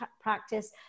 practice